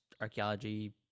archaeology